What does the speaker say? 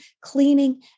cleaning